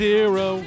Zero